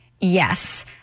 yes